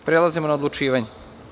Prelazimo na odlučivanje.